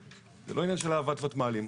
זה לא עניין של אהבת ותמ"לים.